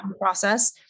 process